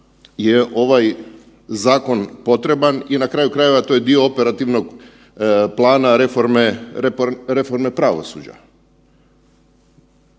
je ovaj zakon potreban i na kraju krajeva to je dio operativnog plana reforme pravosuđa.